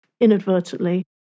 inadvertently